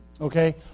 okay